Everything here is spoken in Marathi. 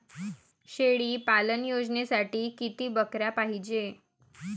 शेळी पालन योजनेसाठी किती बकऱ्या पायजे?